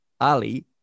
Ali